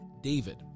David